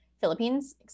Philippines